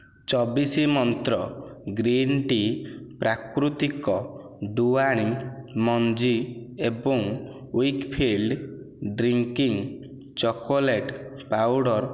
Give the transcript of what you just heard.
ଛବିଶି ମନ୍ତ୍ର green tea ପ୍ରାକୃତିକ ଡୁଆଣି ମଞ୍ଜି ଏବଂ ୱିକ୍ଫିଲ୍ଡ ଡ୍ରିଙ୍କିଂ ଚକୋଲେଟ୍ ପାଉଡର୍